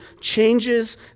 changes